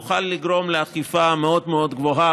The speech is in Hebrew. נוכל לגרום לאכיפה מאוד מאד גבוהה,